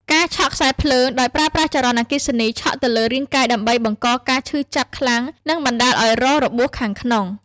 ការឆក់ខ្សែភ្លើង ដោយប្រើប្រាស់ចរន្តអគ្គិសនីឆក់ទៅលើរាងកាយដើម្បីបង្កការឈឺចាប់ខ្លាំងនិងបណ្ដាលឱ្យរងរបួសខាងក្នុង។